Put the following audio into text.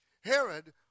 Herod